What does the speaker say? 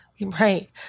Right